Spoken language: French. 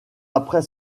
après